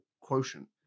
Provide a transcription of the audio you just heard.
quotient